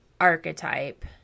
archetype